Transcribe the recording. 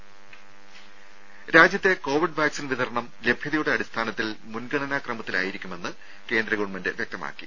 രംഭ രാജ്യത്തെ Covid vaccine വിതരണം ലഭ്യതയുടെ അടിസ്ഥാനത്തിൽ മുൻഗണനാ ക്രമത്തിലായിരിക്കുമെന്ന് കേന്ദ്ര ഗവൺമെന്റ് വ്യക്തമാക്കി